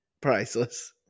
priceless